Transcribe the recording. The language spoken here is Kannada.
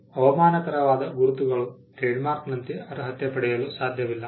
ಅವಮಾನಕರವಾದ ಗುರುತುಗಳು ಟ್ರೇಡ್ಮಾರ್ಕ್ನಂತೆ ಅರ್ಹತೆ ಪಡೆಯಲು ಸಾಧ್ಯವಿಲ್ಲ